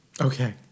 Okay